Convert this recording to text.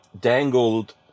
dangled